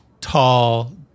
tall